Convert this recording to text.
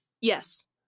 Yes